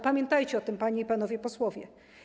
Pamiętajcie o tym, panie i panowie posłowie.